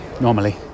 normally